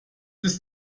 ist